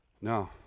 No